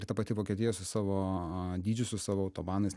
ir ta pati vokietija su savo dydžiu su savo autobanais